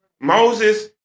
Moses